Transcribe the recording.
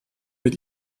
mit